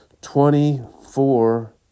twenty-four